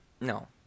No